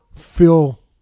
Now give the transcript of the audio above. feel